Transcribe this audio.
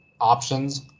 options